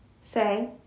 Say